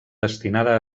destinada